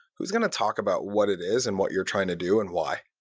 who's going to talk about what it is and what you're trying to do and why?